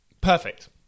Perfect